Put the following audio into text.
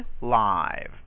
live